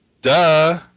duh